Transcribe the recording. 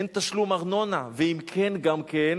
אין תשלום ארנונה, ואם כן, גם כן,